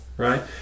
Right